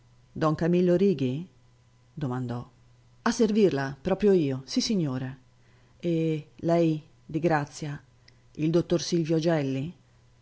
don camillo righi domandò a servirla proprio io sissignore e lei di grazia il dottor silvio gelli